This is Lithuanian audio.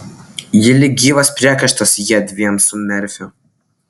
ji lyg gyvas priekaištas jiedviem su merfiu